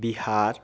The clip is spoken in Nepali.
बिहार